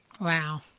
Wow